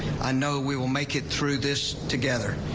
i know we will make it through this together.